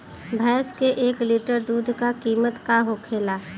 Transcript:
भैंस के एक लीटर दूध का कीमत का होखेला?